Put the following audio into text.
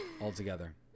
altogether